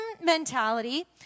mentality